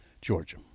Georgia